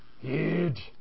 Huge